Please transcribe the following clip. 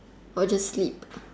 or just sleep